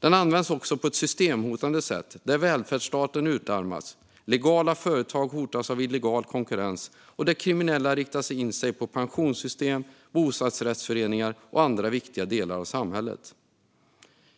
Den används också på ett systemhotande sätt, där välfärdsstaten utarmas, legala företag hotas av illegal konkurrens och kriminella riktar in sig på pensionssystem, bostadsrättsföreningar och andra viktiga delar av samhället.